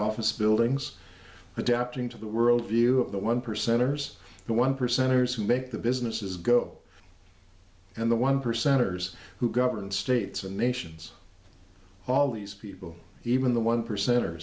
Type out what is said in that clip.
office buildings adapting to the world view of the one percenters the one percenters who make the businesses go and the one percenters who govern states and nations all these people even the one percent